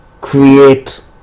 create